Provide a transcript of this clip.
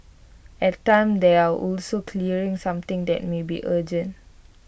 at times they are also clearing something that may be urgent